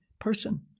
person